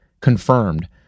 confirmed